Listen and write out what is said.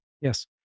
Yes